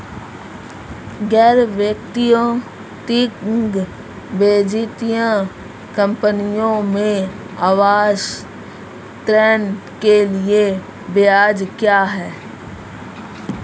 गैर बैंकिंग वित्तीय कंपनियों में आवास ऋण के लिए ब्याज क्या है?